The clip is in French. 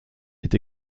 est